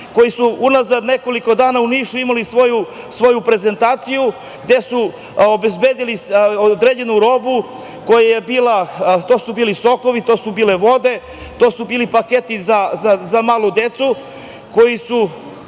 koji su unazad nekoliko dana u Nišu, imali svoju prezentaciju, gde su obezbedili određenu robu, to su bili sokovi, to su bile vode, to su bili paketi za malu decu, koji su